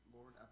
Lord